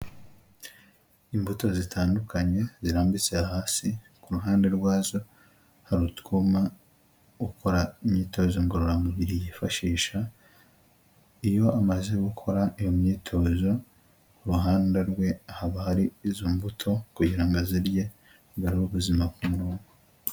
Imbuto zitandukanye zirambitse hasi ku ruhande rwazo hari utwuma ukora imyitozo ngororamubiri yifashisha, iyo amaze gukora iyo myitozo ku ruhande rwe haba hari izo mbuto kugira ngo azirye agarure ubuzima ku murongo.